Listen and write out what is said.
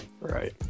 Right